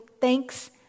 thanks